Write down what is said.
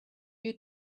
you